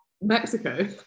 Mexico